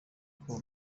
kunsaba